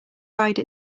ride